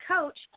coach